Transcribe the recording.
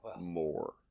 more